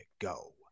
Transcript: go